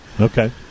Okay